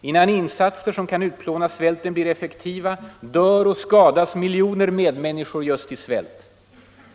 Innan insatser, som kan utplåna svälten, blir effektiva dör och skadas miljoner medmänniskor just i svält.